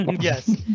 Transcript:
Yes